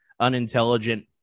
unintelligent